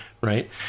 right